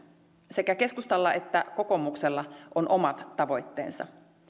sekä keskustalla että kokoomuksella on omat tavoitteensa